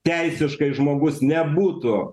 teisiškai žmogus nebūtų